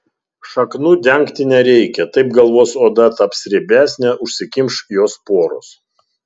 šaknų dengti nereikia taip galvos oda taps riebesnė užsikimš jos poros